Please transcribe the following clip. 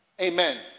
Amen